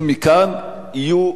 יהיה אסון,